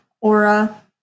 aura